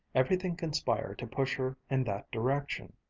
everything conspired to push her in that direction.